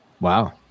Wow